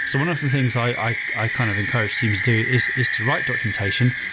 so one of the things i i kind of encourage teams do is is to write documentation,